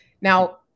Now